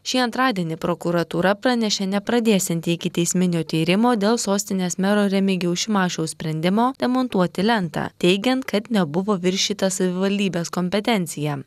šį antradienį prokuratūra pranešė nepradėsianti ikiteisminio tyrimo dėl sostinės mero remigijaus šimašiaus sprendimo demontuoti lentą teigiant kad nebuvo viršyta savivaldybės kompetencija